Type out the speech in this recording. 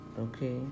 Okay